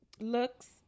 looks